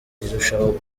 irushaho